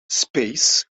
space